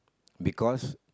because